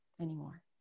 anymore